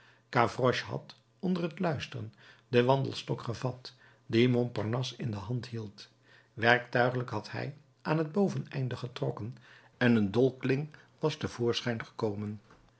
gavroche had onder het luisteren den wandelstok gevat dien montparnasse in de hand hield werktuiglijk had hij aan het boveneinde getrokken en een dolkkling was te voorschijn gekomen